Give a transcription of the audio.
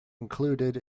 included